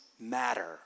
matter